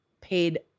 paid